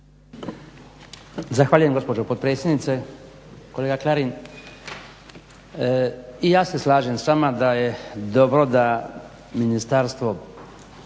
Zahvaljujem gospođo potpredsjednice. Kolega Klarin, i ja se slažem s vama da je dovoda ministarstvo